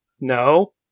No